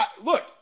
look